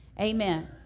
Amen